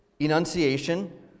Enunciation